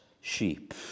sheep